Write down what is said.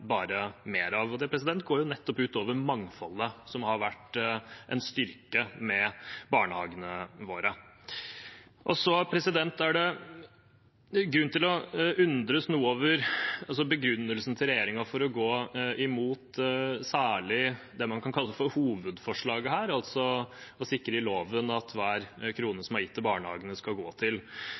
bare flere av. Det går nettopp ut over mangfoldet, som har vært en styrke ved barnehagene våre. Det er grunn til å undres noe over begrunnelsen fra regjeringen for å gå imot særlig det man kan kalle hovedforslaget her, altså å sikre i loven at hver krone som er gitt til barnehagene, skal gå til